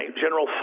General